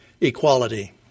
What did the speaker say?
equality